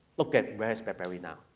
look at raspberry now,